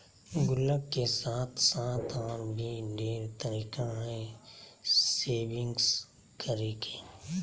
गुल्लक के साथ साथ और भी ढेर तरीका हइ सेविंग्स करे के